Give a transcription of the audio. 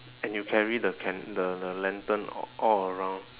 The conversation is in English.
and you carry the can~ the the lantern a~ all around